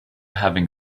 having